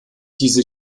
diese